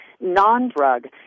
non-drug